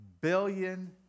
billion